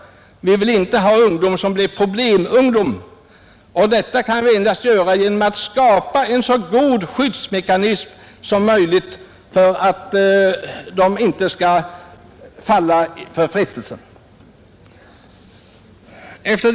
Vi vill inte att de unga blir problemungdom. Detta kan endast nås genom att vi skapar en så god skyddsmekanism som möjligt, så att de unga inte faller för övermäktiga frestelser.